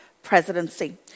Presidency